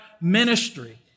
ministry